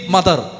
Mother